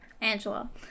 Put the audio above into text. Angela